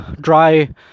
dry